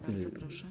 Bardzo proszę.